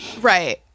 right